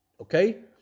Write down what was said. Okay